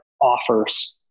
offers